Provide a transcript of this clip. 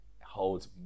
holds